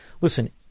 listen